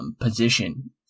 position